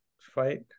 fight